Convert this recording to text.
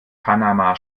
panama